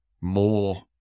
more